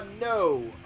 no